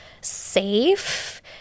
safe